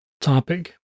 topic